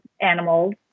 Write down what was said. animals